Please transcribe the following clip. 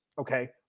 okay